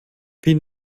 wie